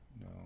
no